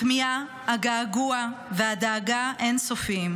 הכמיהה, הגעגוע והדאגה אין-סופיים.